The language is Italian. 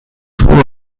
furono